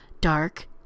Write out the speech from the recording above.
Dark